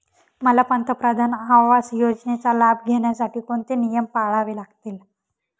मला पंतप्रधान आवास योजनेचा लाभ घेण्यासाठी कोणते नियम पाळावे लागतील?